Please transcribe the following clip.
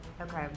Okay